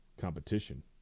competition